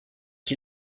qui